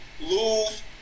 lose